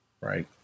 Right